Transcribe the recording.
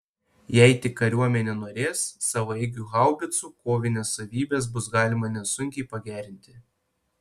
jei tik kariuomenė norės savaeigių haubicų kovinės savybės bus galima nesunkiai pagerinti